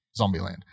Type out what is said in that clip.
Zombieland